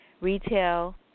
Retail